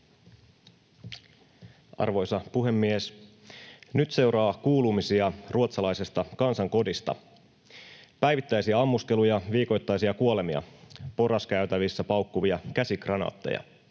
Arvoisa puhemies! Nyt seuraa kuulumisia ruotsalaisesta kansankodista: Päivittäisiä ammuskeluja, viikoittaisia kuolemia, porraskäytävissä paukkuvia käsikranaatteja,